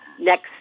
next